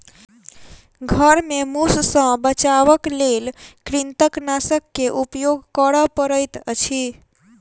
घर में मूस सॅ बचावक लेल कृंतकनाशक के उपयोग करअ पड़ैत अछि